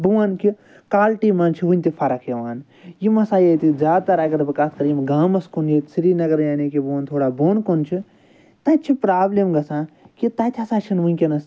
بہٕ وَنہٕ کہِ کالٹی مَنٛز چھِ وٕنہِ تہِ فَرق یِوان یِم ہَسا ییٚتہِ زیادٕ تر اگر بہٕ کتھ کَرٕ یم گامَس کُن ییٚتہِ سرینَگر یعنی کہِ بہٕ وَنہٕ تھوڑا بوٚن کُن چھ تتہِ چھِ پرابلِم گَژھان کہِ تَتہِ ہَسا چھِنہٕ وٕنۍکٮ۪نَس